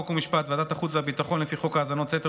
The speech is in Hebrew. חוק ומשפט וועדת החוץ והביטחון לפי חוק האזנות סתר